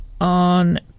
on